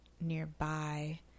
nearby